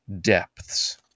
depths